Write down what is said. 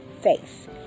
faith